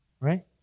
Right